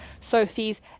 Sophie's